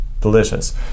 Delicious